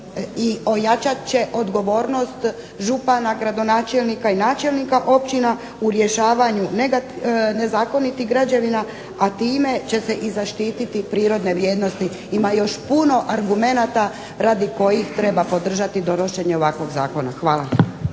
i ojačat će odgovornost župana, gradonačelnika i načelnika općina u rješavanju nezakonitih građevina, a time će se i zaštititi prirodne vrijednosti. Ima još puno argumenata radi kojih treba podržati donošenje ovakvog zakona. Hvala.